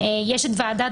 אגב,